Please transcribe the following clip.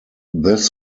this